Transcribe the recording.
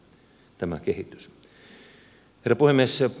herra puhemies